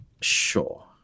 sure